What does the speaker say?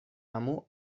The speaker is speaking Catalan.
amo